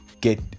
get